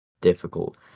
difficult